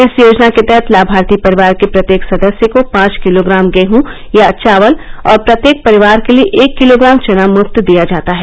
इस योजना के तहत लाभार्थी परिवार के प्रत्येक सदस्य को पांच किलोग्राम गेहूं या चावल और प्रत्येक परिवार के लिए एक किलोग्राम चना मुफ्त दिया जाता है